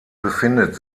befindet